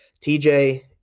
TJ